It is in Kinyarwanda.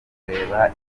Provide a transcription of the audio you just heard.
kureba